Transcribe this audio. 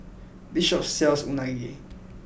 this shop sells Unagi